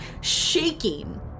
shaking